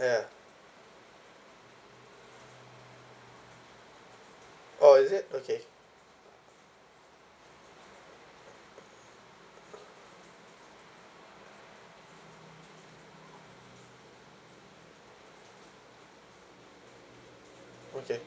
ya oh is it okay okay